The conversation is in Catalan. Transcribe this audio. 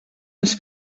ens